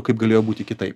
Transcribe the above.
kaip galėjo būti kitaip